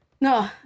No